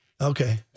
Okay